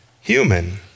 human